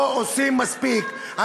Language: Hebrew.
לא עושים מספיק.